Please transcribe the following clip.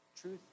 Truth